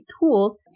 tools